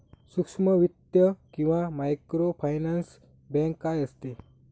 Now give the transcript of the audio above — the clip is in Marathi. सूक्ष्म वित्त किंवा मायक्रोफायनान्स बँक काय असते?